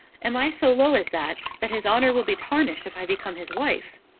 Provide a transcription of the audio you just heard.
am i so low as that, that his honour will be tarnished if i become his wife?